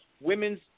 women's